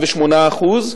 28%-27%,